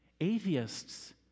Atheists